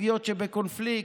בסוגיות שבקונפליקט.